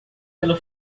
pela